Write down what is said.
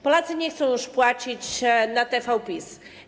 Polacy nie chcą już płacić na TV PiS.